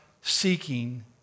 seeking